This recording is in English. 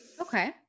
okay